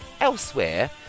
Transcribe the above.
Elsewhere